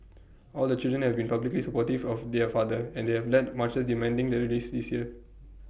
all the children have been publicly supportive of their father and they have led marches demanding their release this year